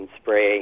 spray